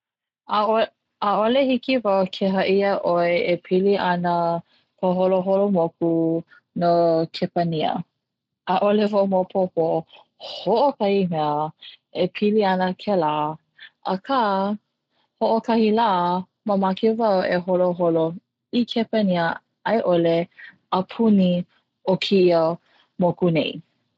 ʻAʻole hiki wau ke haʻi iaʻoe e pili ana ka holoholo moku no kepania, ʻaʻole wau maopopo hoʻokahi mea e pili ana kela, aka hoʻokahi lā mamake wau e holoholo i kepani aiʻole apuni o keia moku nei.